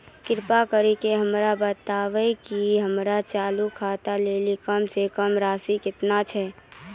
कृपा करि के हमरा बताबो जे हमरो चालू खाता लेली कम से कम राशि केतना छै?